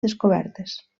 descobertes